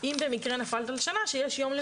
אם במקרה נפלת על שנה שיש יום למידה.